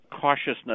cautiousness